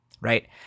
right